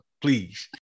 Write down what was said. please